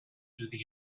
through